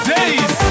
days